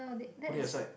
put it aside